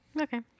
Okay